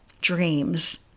dreams